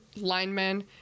linemen